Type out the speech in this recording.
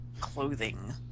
clothing